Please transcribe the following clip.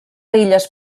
illes